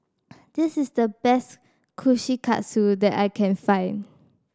this is the best Kushikatsu that I can find